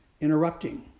interrupting